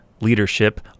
leadership